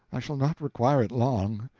i shall not require it long.